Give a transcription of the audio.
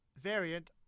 variant